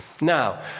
Now